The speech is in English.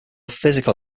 physical